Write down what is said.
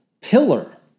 pillar